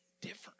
different